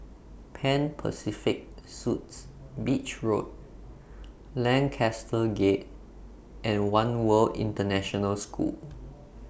Pan Pacific Suites Beach Road Lancaster Gate and one World International School